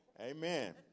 Amen